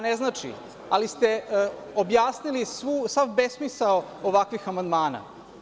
Ne znači, ali ste tako objasnili sav besmisao ovakvih amandmana.